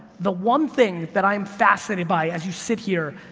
the one thing that i'm fascinated by as you sit here,